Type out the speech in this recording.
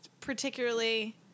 particularly